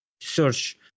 search